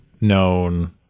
known